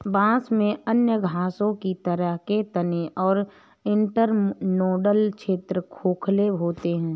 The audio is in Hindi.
बांस में अन्य घासों की तरह के तने के इंटरनोडल क्षेत्र खोखले होते हैं